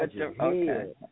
okay